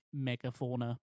megafauna